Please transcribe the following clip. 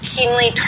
keenly